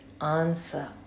answer